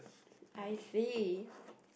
I see